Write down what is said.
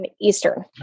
Eastern